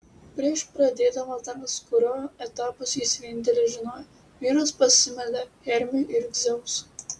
prieš pradėdamas darbą kurio etapus jis vienintelis žinojo vyras pasimeldė hermiui ir dzeusui